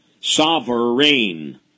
Sovereign